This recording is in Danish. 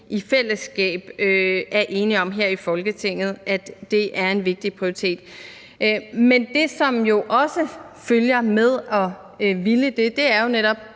i fællesskab er enige om her i Folketinget, at det er en vigtig prioritet. Men det, som også følger med at ville det, er jo netop